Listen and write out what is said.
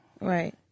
Right